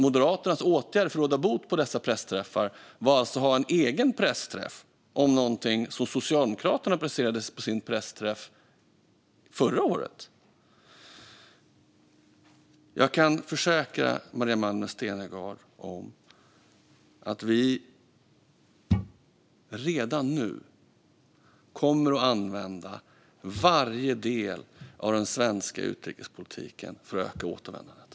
Moderaternas åtgärd för att råda bot på dessa pressträffar var alltså att ha en egen pressträff om någonting som Socialdemokraterna presenterade på sin pressträff förra året. Jag kan försäkra Maria Malmer Stenergard om att vi redan nu kommer att använda varje del av den svenska utrikespolitiken för att öka återvändandet.